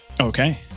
Okay